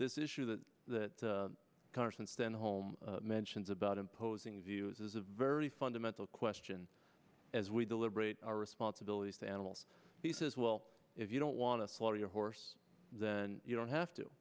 this issue that that carson stenholm mentions about imposing views is a very fundamental question as we deliberate our responsibilities to animals he says well if you don't want to slaughter your horse then you don't have to